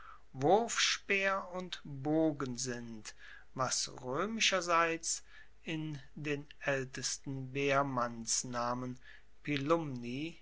wurfspeer und bogen sind was roemischerseits in den aeltesten wehrmannsnamen